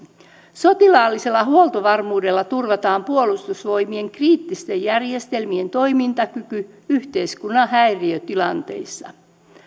sotilaallisella huoltovarmuudella turvataan puolustusvoimien kriittisten järjestelmien toimintakyky yhteiskunnan häiriötilanteissa